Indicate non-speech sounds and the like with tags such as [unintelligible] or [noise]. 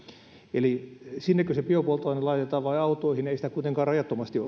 eli sinnekö se biopolttoaine laitetaan vai autoihin ei sitä kuitenkaan rajattomasti [unintelligible]